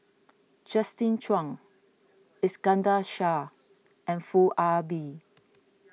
Justin Zhuang Iskandar Shah and Foo Ah Bee